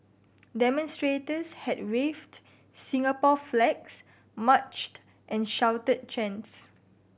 demonstrators had waved Singapore flags marched and shouted chants